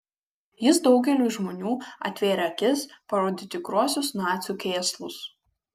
jis daugeliui žmonių atvėrė akis parodė tikruosius nacių kėslus